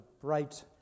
bright